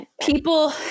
people